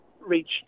reached